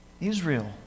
Israel